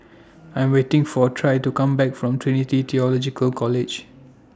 I Am waiting For Trae to Come Back from Trinity Theological College